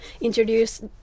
introduce